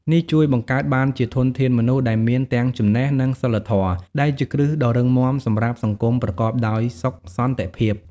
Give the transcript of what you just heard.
នេះជួយបង្កើតបានជាធនធានមនុស្សដែលមានទាំងចំណេះ និងសីលធម៌ ដែលជាគ្រឹះដ៏រឹងមាំសម្រាប់សង្គមប្រកបដោយសុខសន្តិភាព។